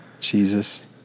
Jesus